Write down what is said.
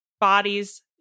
bodies